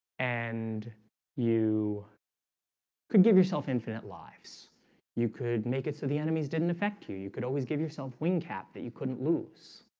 and you could give yourself infinite lives you could make it. so the enemies didn't affect you. you could always give yourself wing cap that you couldn't lose